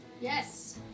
Yes